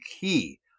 key